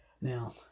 Now